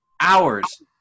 hours